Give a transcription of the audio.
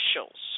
officials